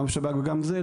גם שב"כ וגם זה,